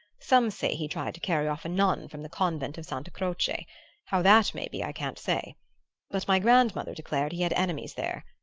some say he tried to carry off a nun from the convent of santa croce how that may be i can't say but my grandmother declared he had enemies there,